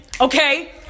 okay